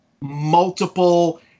multiple